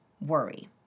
worry